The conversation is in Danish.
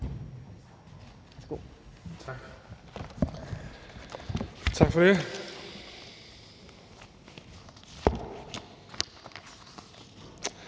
Tak for det